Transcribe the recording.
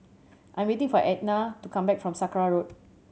I am waiting for Ednah to come back from Sakra Road